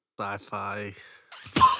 Sci-fi